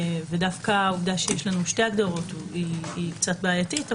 דווקא העובדה שיש לנו שתי הגדרות היא קצת בעייתית.